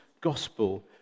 gospel